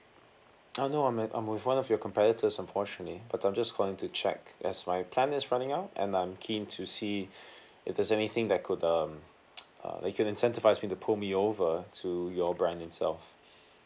uh no I'm I'm with one of your competitors unfortunately but I'm just calling to check as my plan is running out and I'm keen to see if there's anything that could um uh that could incentivise me to pull me over to your brand itself